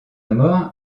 mort